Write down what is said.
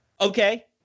Okay